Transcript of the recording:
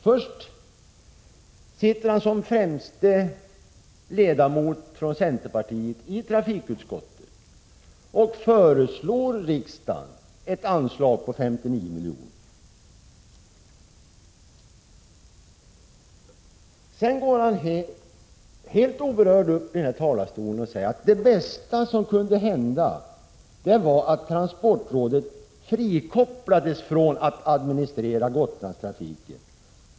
Först sitter han som främste ledamot från centerpartiet i trafikutskottet och föreslår riksdagen att bevilja ett anslag på 59 milj.kr. Sedan går han helt oberörd upp i talarstolen och säger att det bästa som kunde hända vore att transportrådet frikopplades från att administrera Gotlandstrafiken.